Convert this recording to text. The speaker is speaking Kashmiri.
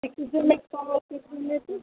تُہۍ کٔرۍ زیٛو مےٚ کال کٔرۍ زیٛو مےٚ تُہۍ